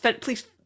please